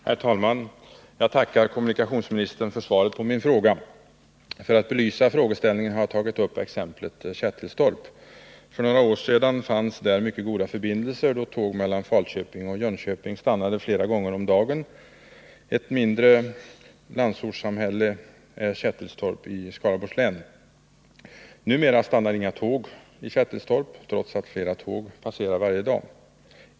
Herr talman! Jag tackar kommunikationsministern för svaret på min fråga. För att belysa frågeställningen har jag tagit upp exemplet Kättilstorp. Kättilstorp är ett mindre landsortssamhälle i Skaraborgs län. För några år sedan fanns där mycket goda förbindelser, då tåg mellan Falköping och Jönköping stannade flera gånger om dagen. Numera stannar inga tåg i Kättilstorp, trots att flera tåg passerar varje dag.